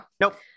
nope